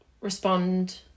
respond